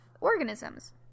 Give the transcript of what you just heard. organisms